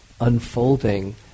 unfolding